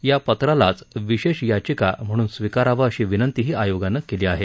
या पत्रालाच विशेष याचिका म्हणून स्विकारावं अशी विनंतीही आयोगानं केली आहे